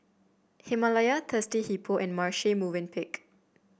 Himalaya Thirsty Hippo and Marche Movenpick